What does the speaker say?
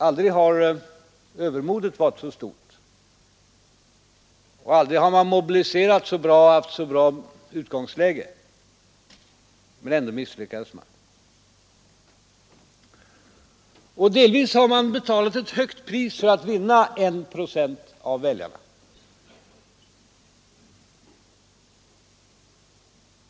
Aldrig har övermodet varit så stort, och aldrig har man mobiliserat så mycket och haft så bra utgångsläge, men ändå misslyckades man. Delvis har man betalat ett högt pris för att vinna en procent av väljarna.